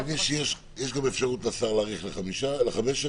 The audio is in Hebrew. אבל אני מבין שיש אפשרות לשר להאריך לחמש שנים.